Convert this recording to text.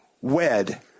Wed